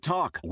Talk